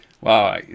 Wow